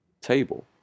table